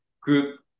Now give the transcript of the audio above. group